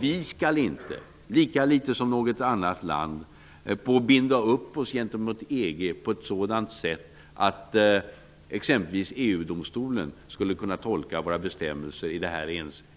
Vi skall inte, lika litet som något annat land, binda upp oss gentemot EU på ett sådant sätt att exempelvis EU-domstolen skulle kunna tolka våra bestämmelser